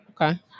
Okay